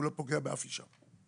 הוא לא פוגע באף אישה.